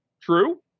true